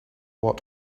what